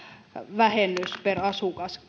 vähennys per asukas